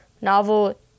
novel